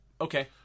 okay